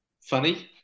funny